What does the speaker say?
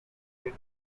doe